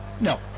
no